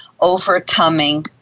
overcoming